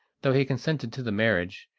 though he consented to the marriage,